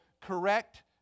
correct